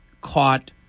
caught